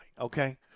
okay